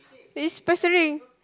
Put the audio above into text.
is pestering